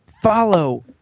Follow